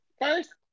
first